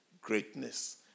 greatness